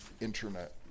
Internet